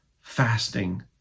fasting